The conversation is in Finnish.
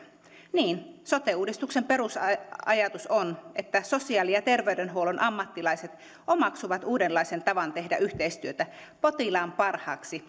niin sote uudistuksen perusajatus on että sosiaali ja terveydenhuollon ammattilaiset omaksuvat uudenlaisen tavan tehdä yhteistyötä potilaan parhaaksi